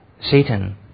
Satan